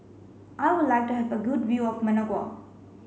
I would like to have a good view of Managua